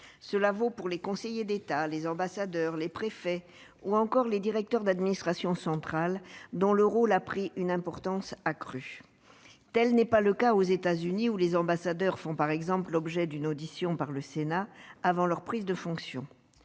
Cela vaut pour les conseillers d'État, les ambassadeurs, les préfets ou encore les directeurs d'administrations centrales, dont le rôle a pris une importance accrue. Tel n'est pas le cas aux États-Unis, où les ambassadeurs font, par exemple, l'objet d'une audition par le Sénat avant leur prise de fonctions.